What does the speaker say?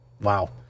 wow